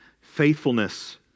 Faithfulness